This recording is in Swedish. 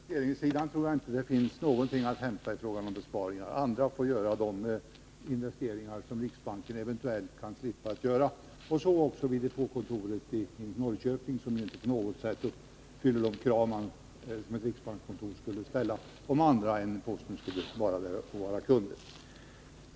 Herr talman! På investeringssidan tror jag inte att det finns någonting att hämta i fråga om besparingar. Andra får göra de investeringar som riksbanken eventuellt inte behöver göra. Detsamma gäller för depåkontoret i Norrköping, som inte på något sätt uppfyller de krav som man — om man hade andra kunder än postens — skulle kunna ställa på ett riksbankskontor.